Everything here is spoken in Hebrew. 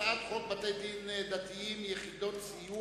הנושא הבא הוא הצעת חוק בתי-דין דתיים (יחידות סיוע),